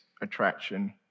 attraction